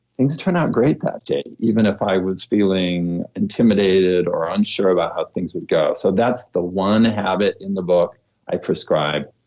things turn out great that day even if i was feeling intimidated or unsure about how things would go. so that's the one habit in the book i prescribe.